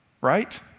Right